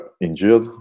injured